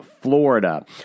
Florida